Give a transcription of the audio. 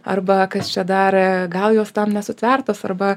arba kas čia dar gal jos tam nesutvertos arba